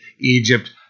Egypt